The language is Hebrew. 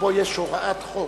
שבו יש הוראת חוק,